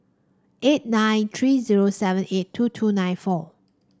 eight nine three zero seven eight two two nine four